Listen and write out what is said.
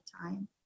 time